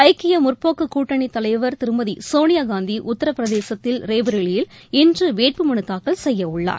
க்கியமுற்போக்குகூட்டணிதலைவர் திருமதிசோனியாகாந்திஉத்தரப்பிரதேசத்தில் ரேபரேலியில் இன்றுவேட்பு மனுதாக்கல் செய்யவுள்ளார்